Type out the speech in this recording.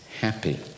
happy